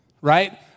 right